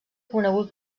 conegut